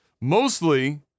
Mostly